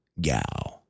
gal